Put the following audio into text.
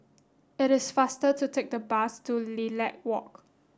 it is faster to take the bus to Lilac Walk